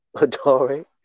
Adore